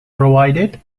provided